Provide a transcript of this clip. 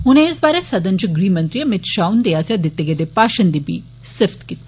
उनें इस बारै सदन च गृह मंत्री अमित षाह हुंदे आस्सेआ दिते गेदे भाशण दी बी मती सिफत कीती